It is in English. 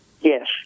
yes